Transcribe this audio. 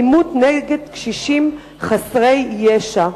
אלימות נגד קשישים חסרי ישע.